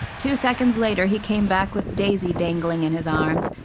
two seconds later he came back with daisy dangling in his arms,